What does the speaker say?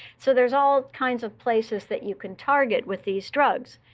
so there's all kinds of places that you can target with these drugs.